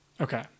okay